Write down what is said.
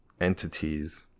entities